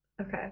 Okay